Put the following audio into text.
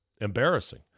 Embarrassing